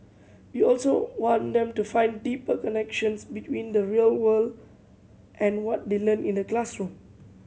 we also want them to find deeper connections between the real world and what they learn in the classroom